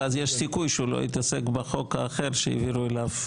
ואז יש סיכוי שהוא לא יתעסק בחוק האחר שהעבירו אליו,